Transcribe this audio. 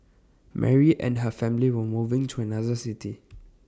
Mary and her family were moving to another city